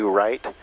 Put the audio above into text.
right